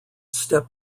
step